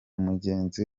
mugenzi